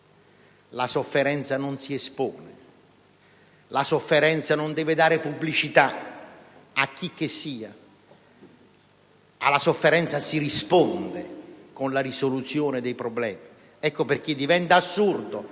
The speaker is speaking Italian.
la sofferenza non si espone, non deve dare pubblicità, a chicchessia. Alla sofferenza si risponde con la soluzione dei problemi. Ecco perché diventa assurdo